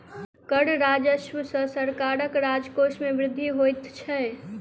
कर राजस्व सॅ सरकारक राजकोश मे वृद्धि होइत छै